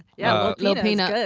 yeah, little peanut